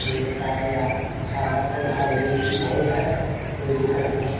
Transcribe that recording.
हम लोग का या अच्छा है पौधा भी बहुत है कोई दिक्कत नहीं